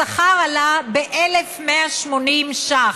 השכר עלה ב-1,180 ש"ח,